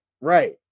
right